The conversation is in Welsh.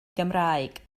gymraeg